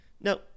no